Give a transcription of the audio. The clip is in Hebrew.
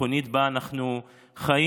הביטחונית שבה אנו חיים,